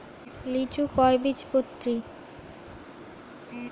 লিচু কয় বীজপত্রী?